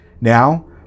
now